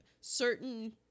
certain